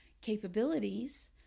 capabilities